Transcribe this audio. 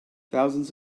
thousands